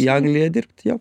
į angliją dirbti jo